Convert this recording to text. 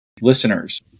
listeners